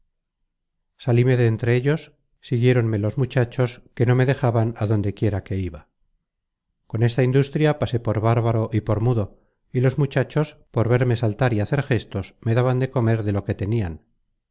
google book search generated at ronme los muchachos que no me dejaban á donde quiera que iba con esta industria pasé por bárbaro y por mudo y los muchachos por verme saltar y hacer gestos me daban de comer de lo que tenian